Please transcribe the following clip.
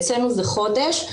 אצלנו זה חודש,